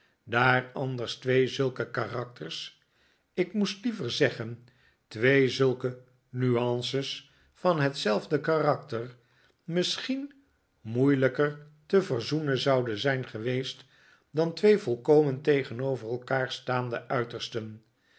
daar anders twee zulke karakters ik moest liever zeggen twee zulke nuances van hetzelfde karakter misschien moeilijker te verzoenen zouden zijn geweest dan twee volkomen tegenover elkaar staande uitersten